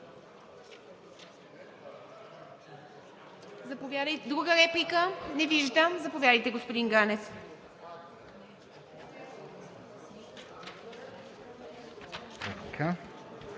Друга реплика? Не виждам. Заповядайте, господин Ганев. ГЕОРГИ